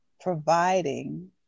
providing